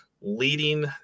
leading